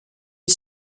est